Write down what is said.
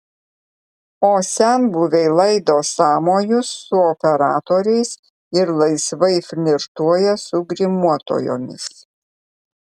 o senbuviai laido sąmojus su operatoriais ir laisvai flirtuoja su grimuotojomis